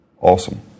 Awesome